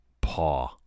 Paw